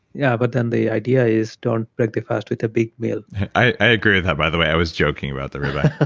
yeah, but then the idea is don't break the fast with a big meal i agree with that, by the way. i was joking about the rib eye